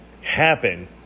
happen